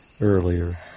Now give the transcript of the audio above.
earlier